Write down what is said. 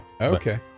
okay